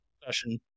discussion